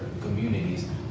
communities